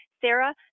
Sarah